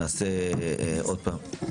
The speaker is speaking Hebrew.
נעשה עוד פעם.